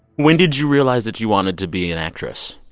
when did you realize that you wanted to be an actress,